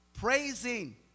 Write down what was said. Praising